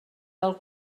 del